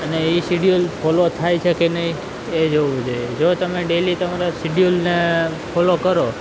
અને એ ફોલો થાય છે કે નહીં એ જોવું જોઈએ જો તમે ડેલી તમારા સેડયુંલને ફોલો કરો